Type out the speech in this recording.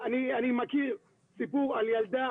אני מכיר סיפור על ילדה